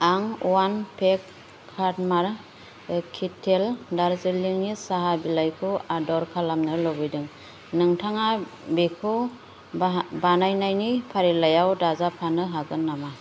आं अवान पेक कार्मा केटेल दारजिलिंनि साहा बिलाइखौ अर्दार खालामनो लुबैदों नोंथाङा बेखौ बायनायनि फारिलाइयाव दाजाबफानो हागोन नामा